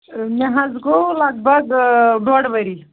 مےٚ حظ گوٚو لگ بگ ڈۄڈ ؤری